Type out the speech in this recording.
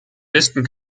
westen